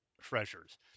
treasures